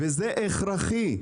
וזה הכרחי.